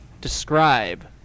describe